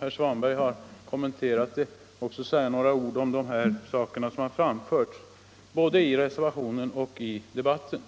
herr Svanbergs kommentarer, också säga några ord om det som framförts både i reservationen och i debatten.